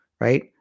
right